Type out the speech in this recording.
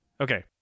Okay